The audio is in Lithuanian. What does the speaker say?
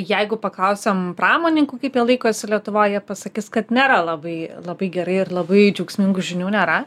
jeigu paklausiam pramoninkų kaip jie laikosi lietuvoj jie pasakys kad nėra labai labai gerai ir labai džiaugsmingų žinių nėra